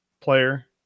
player